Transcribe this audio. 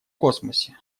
космосе